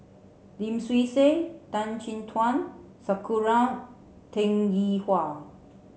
Lim Swee Say Tan Chin Tuan Sakura Teng Ying Hua